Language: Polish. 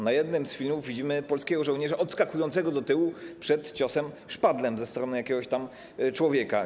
Na jednym z filmów widzimy polskiego żołnierza odskakującego do tyłu przed ciosem szpadlem ze strony jakiegoś człowieka.